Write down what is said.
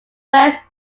west